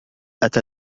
أتى